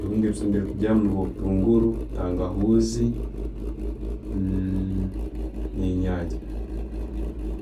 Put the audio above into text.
Ebintu ebikizire kugyamu niibyo obutunguru, tangawuzi ne'enyanya.